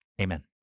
Amen